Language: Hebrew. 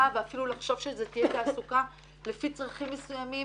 ואפילו לחשוב שזו תהיה תעסוקה לפי צרכים מסוימים,